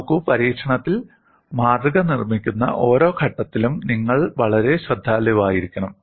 നോക്കൂ പരീക്ഷണത്തിൽ മാതൃക നിർമ്മിക്കുന്ന ഓരോ ഘട്ടത്തിലും നിങ്ങൾ വളരെ ശ്രദ്ധാലുവായിരിക്കണം